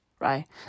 right